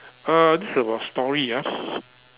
uh this is about story ah